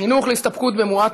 חינוך להסתפקות במועט,